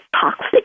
toxic